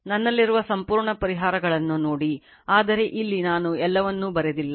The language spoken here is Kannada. ನನ್ನಲ್ಲಿರುವ ಸಂಪೂರ್ಣ ಪರಿಹಾರಗಳನ್ನು ನೋಡಿ ಆದರೆ ಇಲ್ಲಿ ನಾನು ಎಲ್ಲವನ್ನು ಬರೆದಿಲ್ಲ